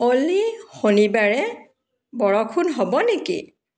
অ'লি শনিবাৰে বৰষুণ হ'ব নেকি